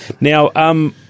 Now –